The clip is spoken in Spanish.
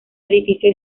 edificio